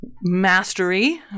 mastery